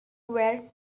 were